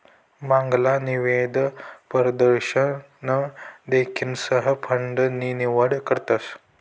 मांगला निवेश परदशन देखीसन फंड नी निवड करतस